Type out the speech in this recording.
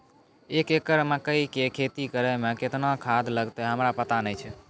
एक एकरऽ मकई के खेती करै मे केतना खाद लागतै हमरा पता नैय छै?